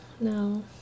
No